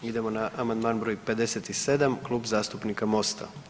Idemo na amandman br. 57 Klub zastupnika Mosta.